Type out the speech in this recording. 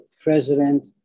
president